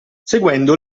seguendo